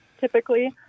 Typically